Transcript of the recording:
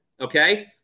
okay